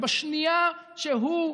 ובשנייה שהוא,